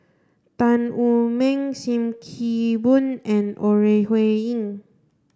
Tan Wu Meng Sim Kee Boon and Ore Huiying